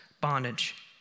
bondage